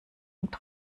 und